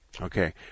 Okay